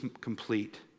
complete